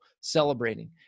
celebrating